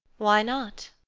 why not?